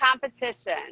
competition